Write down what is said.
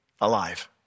alive